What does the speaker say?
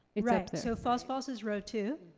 right, so false, false is row two,